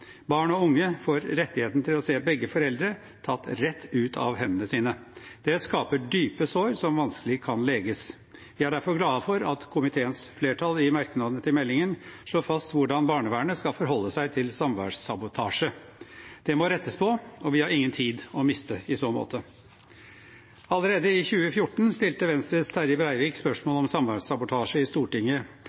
Barn og unge får rettigheten til å se begge foreldre tatt rett ut av hendene sine. Det skaper dype sår som vanskelig kan leges. Vi er derfor glad for at komiteens flertall i merknadene til meldingen slår fast hvordan barnevernet skal forholde seg til samværssabotasje. Det må rettes på, og vi har ingen tid å miste i så måte. Allerede i 2014 stilte Venstres Terje Breivik spørsmål om samværssabotasje i Stortinget.